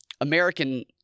American